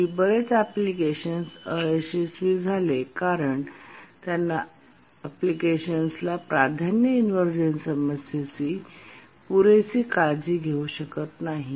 पूर्वीचे बरेच अँप्लिकेशन्स अयशस्वी झाले कारण त्यांना अँप्लिकेशन्स प्राधान्य इनव्हर्जन समस्येची पुरेसे काळजी घेऊ शकत नाही